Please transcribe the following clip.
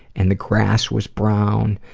and the grass was brown,